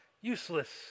useless